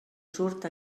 surt